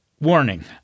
Warning